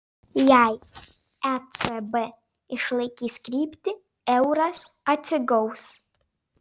jei ecb išlaikys kryptį euras atsigaus